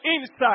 inside